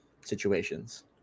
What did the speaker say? situations